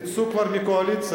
תצאו כבר מהקואליציה.